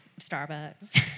Starbucks